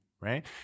Right